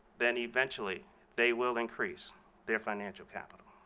then eventually they will increase their financial capital.